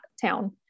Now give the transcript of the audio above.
town